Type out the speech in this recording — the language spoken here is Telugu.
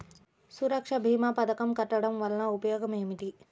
సురక్ష భీమా పథకం కట్టడం వలన ఉపయోగం ఏమిటి?